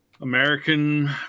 American